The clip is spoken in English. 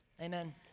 Amen